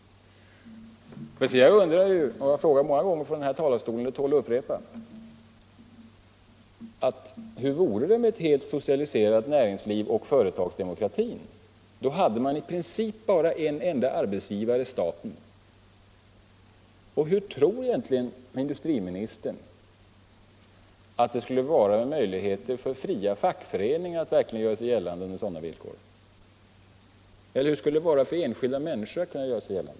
Jag har frågat många gånger från den här talarstolen, och det tål att upprepas: Hur vore det med ett helt socialiserat näringsliv för företagsdemokratin? Då hade man i princip bara en enda arbetsgivare: staten. Hur tror egentligen industriministern att det skulle vara med möjligheten för fria fackföreningar, eller för enskilda människor, att verkligen göra sig gällande under sådana villkor?